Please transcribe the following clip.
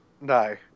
No